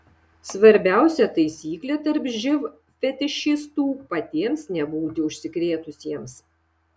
svarbiausia taisyklė tarp živ fetišistų patiems nebūti užsikrėtusiems